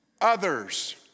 Others